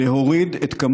להוריד את מספר